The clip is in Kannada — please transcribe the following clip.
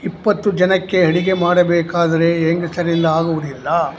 ಇಪ್ಪತ್ತು ಜನಕ್ಕೆ ಅಡುಗೆ ಮಾಡಬೇಕಾದರೆ ಹೆಂಗಸರಿಂದ ಆಗುವುದಿಲ್ಲ